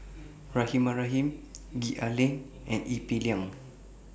Rahimah Rahim Gwee Ah Leng and Ee Peng Liang